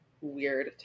weird